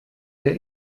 der